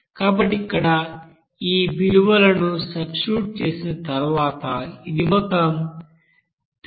కాబట్టి ఇక్కడ ఈ విలువలనుసబ్స్టిట్యూట్ చేసిన తరువాత ఇది మొత్తం 38091